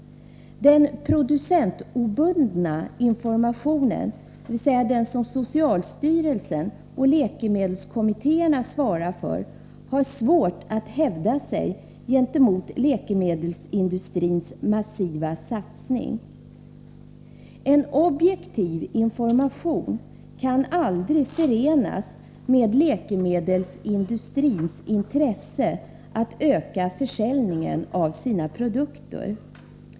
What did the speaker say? Den producentobundna informationen, dvs. den som socialstyrelsen och läkemedelskommittéerna svarar för, har svårt att hävda sig gentemot läkemedelsindustrins massiva satsning. En objektiv information kan aldrig förenas med läkemedelsindustrins intresse att öka försäljningen av sina produkter.